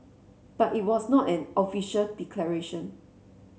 but it was not an official declaration